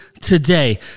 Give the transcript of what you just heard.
today